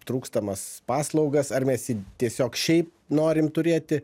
trūkstamas paslaugas ar mes jį tiesiog šiaip norim turėti